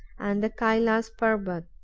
and the kailas parbot,